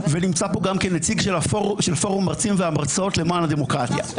ונמצא פה גם כן נציג של פורום המרצים והמרצות למען הדמוקרטיה.